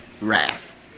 wrath